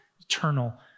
eternal